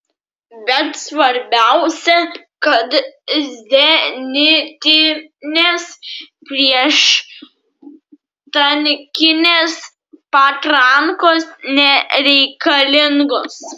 bet svarbiausia kad zenitinės prieštankinės patrankos nereikalingos